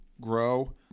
grow